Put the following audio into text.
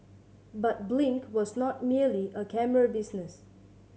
but Blink was not merely a camera business